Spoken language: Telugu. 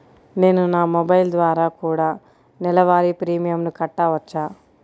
నేను నా మొబైల్ ద్వారా కూడ నెల వారి ప్రీమియంను కట్టావచ్చా?